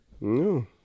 No